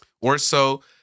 Orso